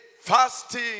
fasting